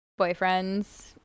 boyfriends